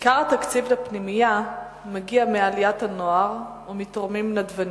עיקר התקציב לפנימייה מגיע מעליית הנוער ומתורמים נדבנים.